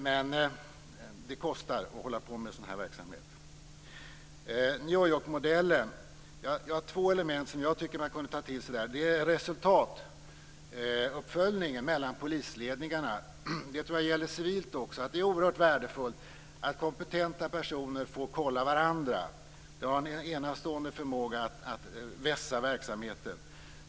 Men det kostar att bedriva sådan här verksamhet. Det finns två element i den s.k. New Yorkmodellen som jag tycker att man kunde ta till sig, nämligen resultatuppföljningen mellan polisledningarna. Det tror jag gäller även civilt, att det är oerhört värdefullt att kompetenta personer får kolla varandra. Det har en enastående förmåga att vässa verksamheten.